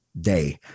day